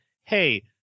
hey